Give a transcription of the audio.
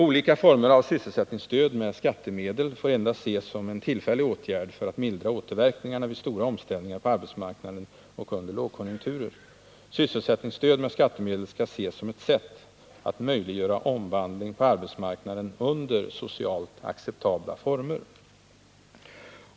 Olika former av sysselsättningsstöd med skattemedel får endast ses som en tillfällig åtgärd för att mildra återverkningarna vid stora omställningar på arbetsmarknaden och under iågkonjunkturer. Sysselsättningsstöd med skatteme del skall ses som ett sätt att möjliggöra en omvandling på arbetsmarknaden under socialt acceptabla former.